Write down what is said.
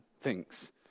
thinks